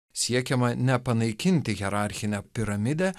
siekiama ne panaikinti hierarchinę piramidę